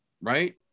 Right